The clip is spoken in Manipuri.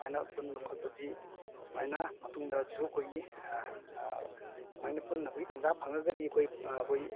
ꯁꯨꯃꯥꯏꯅ ꯄꯨꯟꯕ ꯈꯣꯠꯄꯁꯤ ꯁꯨꯃꯥꯏꯅ ꯃꯇꯨꯡꯗꯁꯨ ꯑꯩꯈꯣꯏꯒꯤ ꯁꯨꯃꯥꯏꯅ ꯄꯨꯟꯅꯕꯒꯤ ꯇꯥꯟꯖꯥ ꯐꯪꯂꯒꯗꯤ ꯑꯩꯈꯣꯏ ꯑꯩꯈꯣꯏ